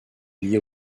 lié